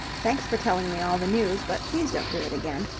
thanks for telling me all the news, but please don't do it again.